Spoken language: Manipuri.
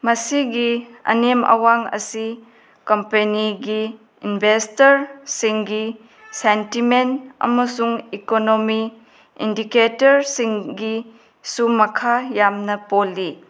ꯃꯁꯤꯒꯤ ꯑꯅꯦꯝ ꯑꯋꯥꯡ ꯑꯁꯤ ꯀꯝꯄꯦꯅꯤꯒꯤ ꯏꯟꯚꯦꯁꯇꯔꯁꯤꯡꯒꯤ ꯁꯦꯟꯇꯤꯃꯦꯟ ꯑꯃꯁꯨꯡ ꯏꯀꯣꯅꯣꯃꯤ ꯏꯟꯗꯤꯀꯦꯇꯔꯁꯤꯡꯒꯤꯁꯨ ꯃꯈꯥ ꯌꯥꯝꯅ ꯄꯣꯜꯂꯤ